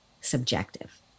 subjective